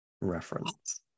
reference